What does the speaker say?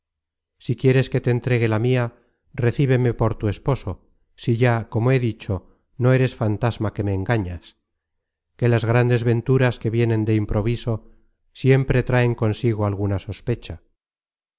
si quieres que te entregue la mia recíbeme por tu esposo si ya como he dicho no eres fantasma que me engañas que las grandes venturas que vienen de improviso siempre traen consigo alguna sospecha